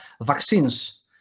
vaccines